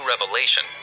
revelation